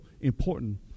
important